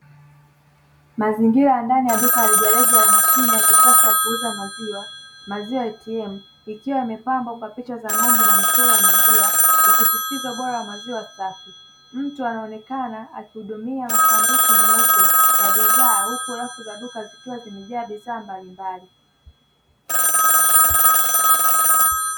Mazingira ya ndani ya duka la rejareja la mashine ya kisasa ya kuuza maziwa, "maziwaa ATM"; ikiwa imepambwa kwa picha za ng'ombe na michoro ya maziwa, ikisisitiza ubora wa maziwa safi. Mtu anaonekana akihudumia masanduku meupe ya bidhaa huku rafu za duka zikiwa zimejaa bidhaa mbalimbali.